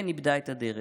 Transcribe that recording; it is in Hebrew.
כן, איבדה את הדרך.